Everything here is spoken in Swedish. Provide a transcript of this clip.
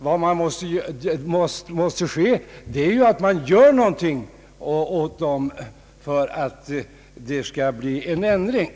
Vad som måste ske är att åtgärder vidtas för att åstadkomma en ändring.